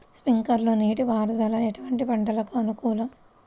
Sprinkler నీటిపారుదల ఎటువంటి పంటలకు అనుకూలము?